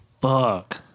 Fuck